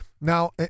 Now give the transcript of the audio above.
Now